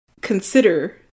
consider